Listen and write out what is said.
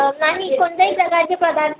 नाही कोणत्याही प्रकारचे पदार्थ